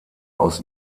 aus